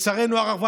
לצערנו הרב,